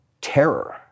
terror